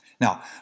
Now